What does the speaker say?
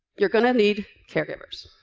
you're going to need caregivers.